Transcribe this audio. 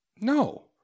No